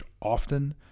often